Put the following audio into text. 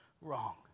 wrong